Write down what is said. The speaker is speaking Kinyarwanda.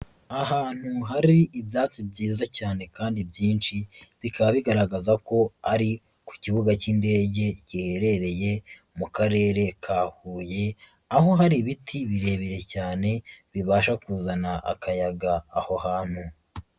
Ahantu hari ibyatsi byiza cyane kandi byinshi, bikaba bigaragaza ko ari ku kibuga cy'indege giherereye mu Karere ka Huye, aho hari ibiti birebire cyane bibasha kuzana akayaga aho hantu.